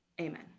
Amen